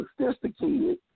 sophisticated